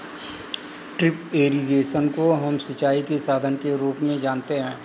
drip irrigation को हम सिंचाई के साधन के रूप में जानते है